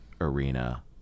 arena